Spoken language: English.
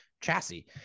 chassis